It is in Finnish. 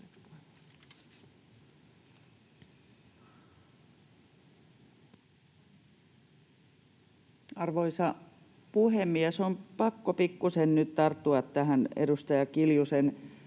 Arvoisa puhemies! On pakko pikkuisen nyt tarttua tähän edustaja Kiljusen